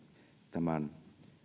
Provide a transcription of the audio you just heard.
tämän